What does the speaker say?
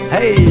Hey